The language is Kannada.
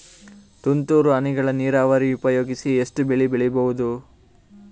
ತುಂತುರು ಹನಿಗಳ ನೀರಾವರಿ ಉಪಯೋಗಿಸಿ ಎಷ್ಟು ಬೆಳಿ ಬೆಳಿಬಹುದು?